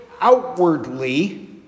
outwardly